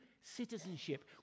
citizenship